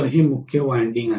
तर हे मुख्य वायंडिंग आहे